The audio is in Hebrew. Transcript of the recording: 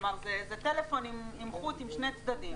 כלומר, זה טלפון עם חוט עם שני צדדים.